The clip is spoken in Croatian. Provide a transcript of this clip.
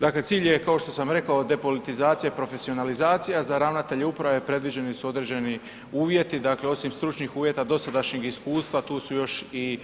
Dakle cilj je kao što sam rekao, depolitizacija i profesionalizacija, za ravnatelje uprave predviđeni su određeni uvjeti, dakle osim stručnih uvjeta, dosadašnjeg iskustva, tu su još i